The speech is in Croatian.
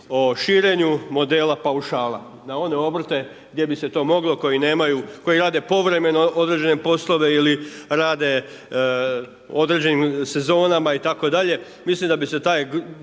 o širenju modela paušala, na one obrte gdje bi se to moglo, koji rade povremeno određene poslove ili rade određenim sezonama, i tako dalje, mislim da bi se ta grupa